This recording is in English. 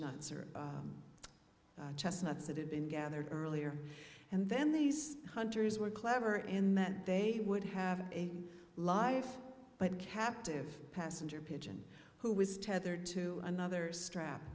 nuts or chestnuts that had been gathered earlier and then these hunters were clever in that they would have a life but captive passenger pigeon who was tethered to another strap